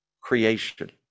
creation